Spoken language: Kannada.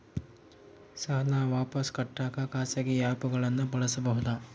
ಸಾಲ ವಾಪಸ್ ಕಟ್ಟಕ ಖಾಸಗಿ ಆ್ಯಪ್ ಗಳನ್ನ ಬಳಸಬಹದಾ?